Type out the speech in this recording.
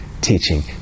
teaching